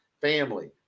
family